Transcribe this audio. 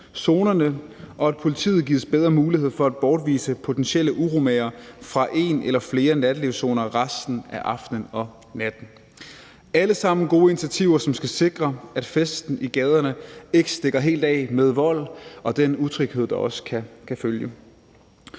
og at politiet gives bedre mulighed for at bortvise potentielle uromagere fra en eller flere nattelivszoner resten af aftenen og natten. Det er alle sammen gode initiativer, som skal sikre, at festen i gaderne ikke stikker helt af med vold og den utryghed, der også kan følge.